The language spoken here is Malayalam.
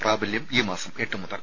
പ്രാബല്യം ഈ മാസം എട്ടുമുതൽ